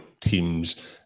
teams